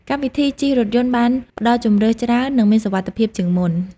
កម្មវិធីជិះរថយន្តបានផ្តល់ជម្រើសច្រើននិងមានសុវត្ថិភាពជាងមុន។